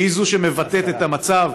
שהיא שמבטאת את המצב,